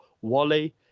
Wally